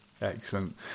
Excellent